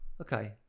okay